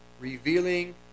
revealing